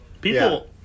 People